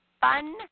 fun